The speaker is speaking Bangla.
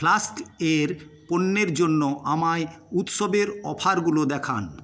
ফ্লাস্কের পণ্যের জন্য আমায় উৎসবের অফারগুলো দেখান